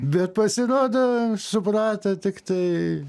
bet pasirodo suprato tik tai